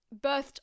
birthed